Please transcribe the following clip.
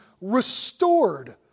restored